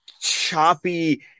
choppy